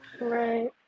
Right